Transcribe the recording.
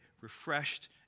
refreshed